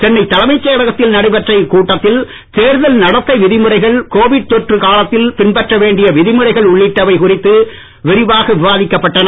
சென்னை தலைமைச் செயலகத்தில் நடைபெற்ற இக்கூட்டத்தில் தேர்தல் நடத்தை விதிமுறைகள் கோவிட் தொற்று காலத்தில் பின்பற்ற வேண்டிய வழிமுறைகள் உள்ளிட்டவை குறித்து விரிவாக விவாதிக்கப்பட்டன